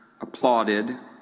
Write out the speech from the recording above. applauded